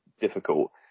difficult